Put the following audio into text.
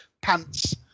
pants